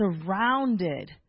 surrounded